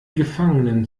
gefangenen